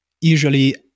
usually